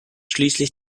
schließlich